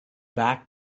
back